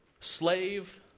Slave